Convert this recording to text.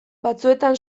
batzuetan